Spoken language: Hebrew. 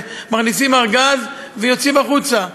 מכניסים ארגז ויוצאים החוצה.